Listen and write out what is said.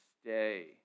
stay